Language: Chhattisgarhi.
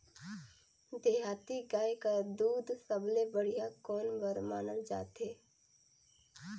देहाती गाय कर दूध सबले बढ़िया कौन बर मानल जाथे?